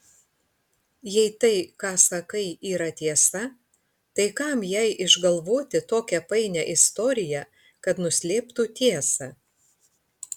jei tai ką sakai yra tiesa tai kam jai išgalvoti tokią painią istoriją kad nuslėptų tiesą